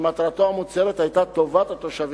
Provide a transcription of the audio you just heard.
שמטרתו המוצהרת היתה טובת התושבים,